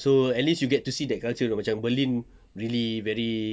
so at least you get to see that culture know macam berlin really very